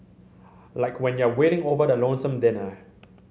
like when you're wailing over the lonesome dinner